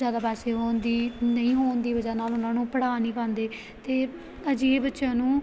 ਜ਼ਿਆਦਾ ਪੈਸੇ ਹੋਣ ਦੀ ਨਹੀਂ ਹੋਣ ਦੀ ਵਜ੍ਹਾ ਨਾਲ ਉਹਨਾਂ ਨੂੰ ਪੜ੍ਹਾ ਨਹੀਂ ਪਾਉਂਦੇ ਅਤੇ ਅਜਿਹੇ ਬੱਚਿਆਂ ਨੂੰ